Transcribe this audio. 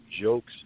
jokes